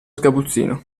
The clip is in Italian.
sgabuzzino